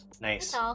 Nice